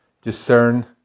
discern